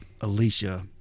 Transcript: Alicia